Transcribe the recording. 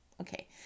Okay